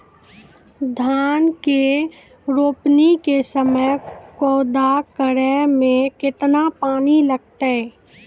धान के रोपणी के समय कदौ करै मे केतना पानी लागतै?